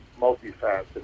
multifaceted